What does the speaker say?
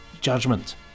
judgment